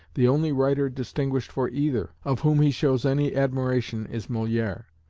the only writer distinguished for either, of whom he shows any admiration, is moliere,